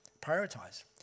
prioritize